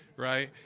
right?